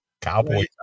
cowboy